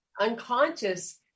unconscious